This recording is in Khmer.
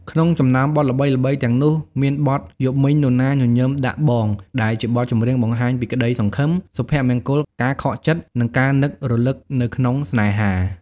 ក្នុងចំណោមបទល្បីៗទាំងនោះ មានបទ យប់មិញនរណាញញឹមដាក់បង ដែលជាបទចម្រៀងបង្ហាញពីក្តីសង្ឃឹម សុភមង្គល ការខកចិត្ត និងការនឹករលឹកនៅក្នុងស្នេហា។